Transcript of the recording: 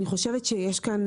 אני חושבת שיש כאן,